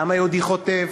העם היהודי חוטף,